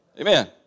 Amen